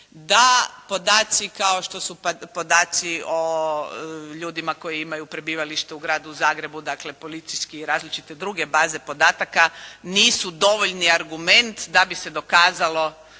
da podaci kao što su podaci o ljudima koji imaju prebivalište u gradu Zagrebu, dakle policijske i različite druge baze podataka nisu dovoljni argument da bi se dokazalo